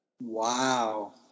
Wow